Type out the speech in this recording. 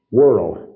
world